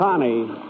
Connie